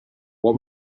what